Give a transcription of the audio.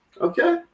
Okay